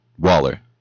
Waller